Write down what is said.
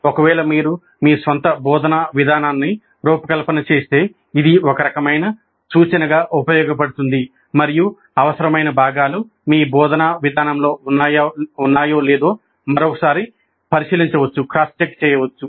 ఒకవేళ మీరు మీ స్వంత బోధనా విధానాన్ని రూపకల్పన చేస్తే ఇది ఒక రకమైన సూచనగా ఉపయోగపడుతుందిమరియు అవసరమైన భాగాలు మీ బోధనా విధానంలో ఉన్నాయో లేదో మరోసారి పరిశీలించవచ్చు